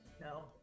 No